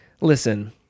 listen